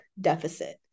deficit